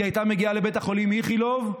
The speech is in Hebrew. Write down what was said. היא הייתה מגיעה לבית חולים איכילוב,